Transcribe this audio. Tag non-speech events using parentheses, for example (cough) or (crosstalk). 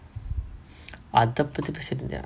(breath) அதப்பத்தி பேசிட்டு இருந்தியா:athappaththi pestitu irunthiyaa